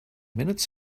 minutes